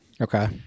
Okay